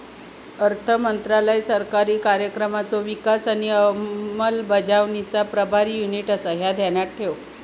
अर्थमंत्रालय सरकारी कार्यक्रमांचो विकास आणि अंमलबजावणीचा प्रभारी युनिट आसा, ह्या ध्यानात ठेव